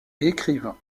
écrivain